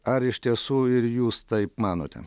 ar iš tiesų ir jūs taip manote